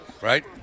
right